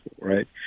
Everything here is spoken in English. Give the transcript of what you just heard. right